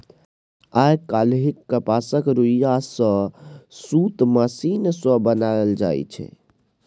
आइ काल्हि कपासक रुइया सँ सुत मशीन सँ बनाएल जाइ छै